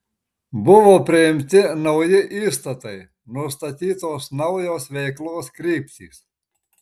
buvo priimti nauji įstatai nustatytos naujos veiklos kryptys